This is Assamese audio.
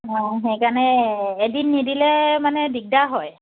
অঁ সেইকাৰণে এদিন নিদিলে মানে দিগদাৰ হয়